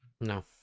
No